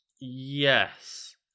yes